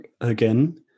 again